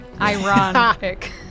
Ironic